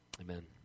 Amen